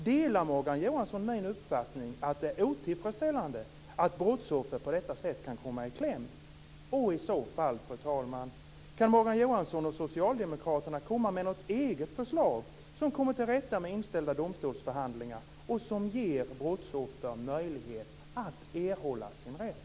Delar Morgan Johansson min uppfattning att det är otillfredsställande att brottsoffer på detta sätt kan komma i kläm? Kan Morgan Johansson och socialdemokraterna komma med något eget förslag för att komma till rätta med inställda domstolsförhandlingar och ge brottsoffer möjlighet att erhålla sin rätt?